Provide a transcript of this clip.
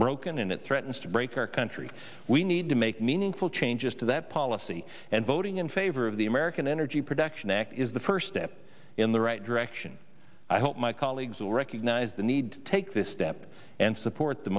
broken and it threatens to break our country we need to make meaningful changes to that policy and voting in favor of the american energy production act is the first step in the right direction i hope my colleagues will recognize the need to take this step and support the